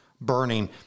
burning